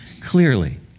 clearly